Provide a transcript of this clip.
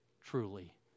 truly